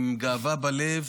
עם גאווה בלב,